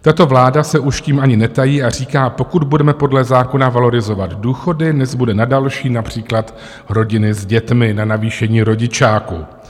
Tato vláda se už tím ani netají a říká, pokud budeme podle zákona valorizovat důchody, nezbude na další, například rodiny s dětmi, na navýšení rodičáku.